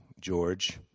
George